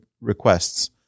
requests